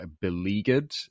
beleaguered